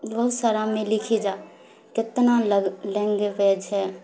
بہت سارا میں لکھی جا کتنا لگ لینگویج ہے